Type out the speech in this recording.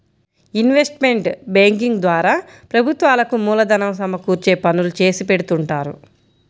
investment banking ద్వారా ప్రభుత్వాలకు మూలధనం సమకూర్చే పనులు చేసిపెడుతుంటారు